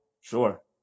Sure